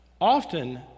often